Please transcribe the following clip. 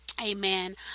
Amen